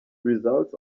results